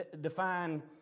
define